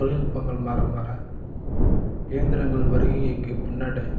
தொழில்நுட்பங்கள் மாற மாற இயந்திரங்கள் வருகைக்கு பின்னால்